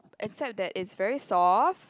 except that is very soft